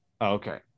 okay